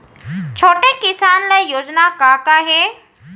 छोटे किसान ल योजना का का हे?